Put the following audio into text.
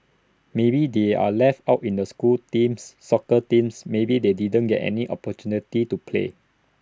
maybe they are left out in the school teams soccer teams maybe they didn't get any opportunity to play